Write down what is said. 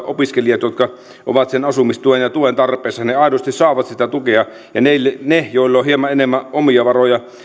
opiskelijat jotka aidosti ovat asumistuen tarpeessa saavat sitä tukea niille joilla on hieman enemmän omia varoja